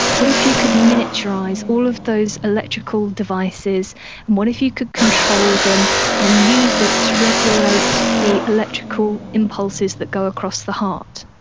what if you could miniaturise all of those electrical devices and what if you could control them and use it to regulate the electrical impulses that go across the heart?